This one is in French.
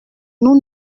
nous